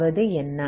அதாவது என்ன